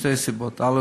משתי סיבות: א.